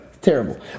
Terrible